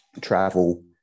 travel